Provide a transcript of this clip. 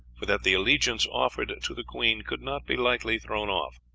for that the allegiance offered to the queen could not be lightly thrown off.